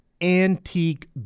antique